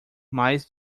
mas